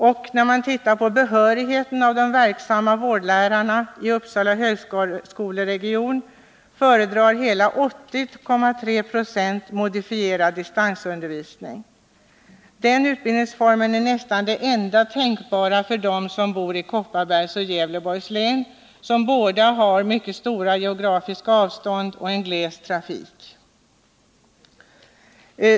Av de vårdlärare utan behörighet som är verksamma inom Uppsala högskoleregion föredrar hela 80,3 Zo modifierad distansundervisning. Denna utbildningsform är nästan det enda tänkbara för dem som bor i Kopparbergs och Gävleborgs län med stora avstånd och gles trafik.